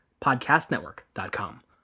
podcastnetwork.com